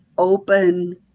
open